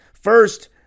First